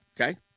Okay